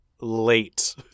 late